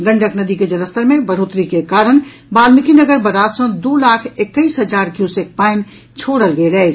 गंडक नदी के जलस्तर मे बढ़ोतरी के कारण वाल्मीकिनगर बराज सँ दू लाख एकैस हजार क्यूसेक पानि छोड़ल गेल अछि